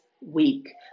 week